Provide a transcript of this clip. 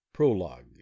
prologue